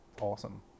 awesome